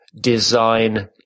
design